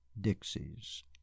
Dixie's